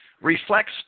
reflects